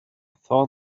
thought